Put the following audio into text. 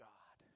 God